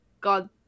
God